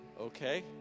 okay